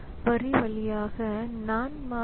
இந்த read only மெமரியில் வைக்கப்படுகிறது